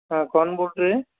हाँ कौन बोल रहे हैं